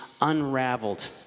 unraveled